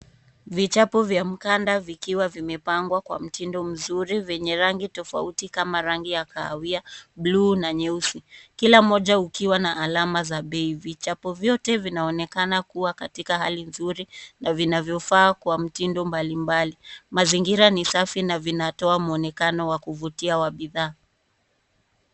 Vichapo vya mkanda vikiwa vimepangwa kwa mtindo mzuri, vyenye rangi tofauti kama rangi ya kahawia, bluu na nyeusi. Kila moja ukiwa na alama za bei. Vichapo vyote vinaonekana kuwa katika hali nzuri, na vinavyofaa kwa mtindo mbalimbali. Mazingira ni safi na vinatoa mwonekano wa kuvutia wa bidhaa.